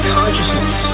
consciousness